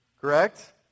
Correct